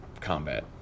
Combat